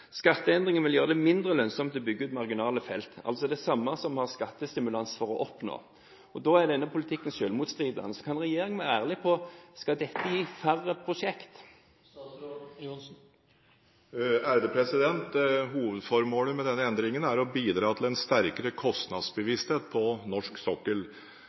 det vil bli færre prosjekter som følge av dette. Og SVs Lars Egeland i energi- og miljøkomiteen skrev på sin blogg 5. juni at skatteendringen «vil gjøre det mindre lønnsomt å bygge ut såkalte marginale felter» – altså det samme som vi har skattestimulanser for å oppnå, og da er denne politikken selvmotstridende. Kan regjeringen være ærlig på om dette skal gi færre prosjekter? Hovedformålet med